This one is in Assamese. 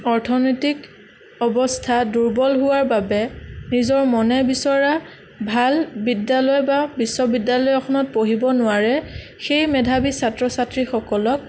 অৰ্থনৈতিক অৱস্থা দুৰ্বল হোৱাৰ বাবে নিজৰ মনে বিচৰা ভাল বিদ্যালয় বা বিশ্ববিদ্যালয় এখনত পঢ়িব নোৱাৰে সেই মেধাৱী ছাত্ৰ ছাত্ৰীসকলক